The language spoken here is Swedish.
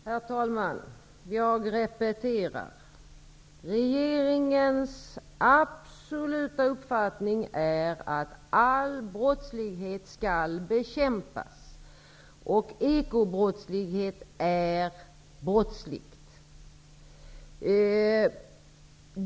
Herr talman! Jag repeterar: Regeringens absoluta uppfattning är att all brottslighet skall bekämpas. Ekobrott är brottsligt.